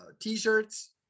t-shirts